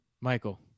Michael